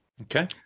Okay